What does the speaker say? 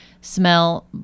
smell